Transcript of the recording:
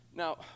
Now